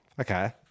Okay